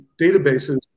databases